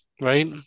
right